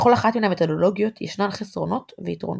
לכל אחת מן המתודולגיות ישנם יתרונות וחסרונות,